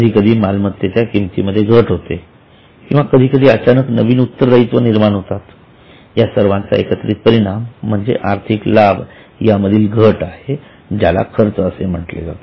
कधीकधी मालमत्तेच्या किमतीमध्ये घट होते किंवा कधीकधी अचानक नवीन उत्तरदायित्व निर्माण होतात या सर्वांचा एकत्रित परिणाम म्हणजे आर्थिक लाभ यामधील घट आहे ज्याला खर्च असे म्हटले जाते